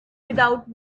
without